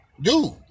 dude